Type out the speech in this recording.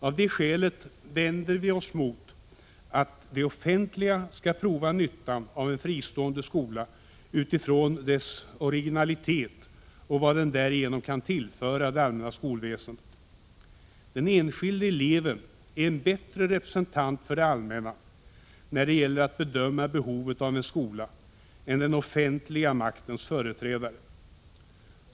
Av det skälet vänder vi oss mot att det offentliga skall prova nyttan av en fristående skola utifrån dess originalitet och vad den därigenom kan tillföra det allmänna skolväsendet. Den enskilde eleven är en bättre representant för det allmänna, när det gäller att bedöma behovet av en skola, än den offentliga maktens företrädare.